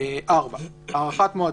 4. הארכת מועדים.